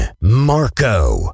Marco